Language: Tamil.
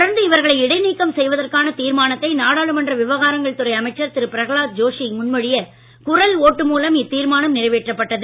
தொடர்ந்து இவர்களை இடைநீக்கம் செய்வதற்கான தீர்மானத்தை நாடாளுமன்ற விவகாரங்கள் துறை அமைச்சர் திரு பிரகலாத் ஜோஷி முன் மொழிய குரல் ஓட்டு மூலம் இத்தீர்மானம் நிறைவேற்றப்பட்டது